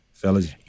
Fellas